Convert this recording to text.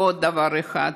ועוד דבר אחד,